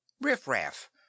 Riff-Raff